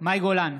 מאי גולן,